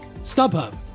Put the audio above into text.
StubHub